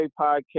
podcast